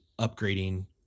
upgrading